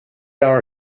are